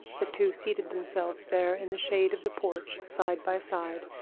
the two seated themselves there in the shade of the porch, side by side,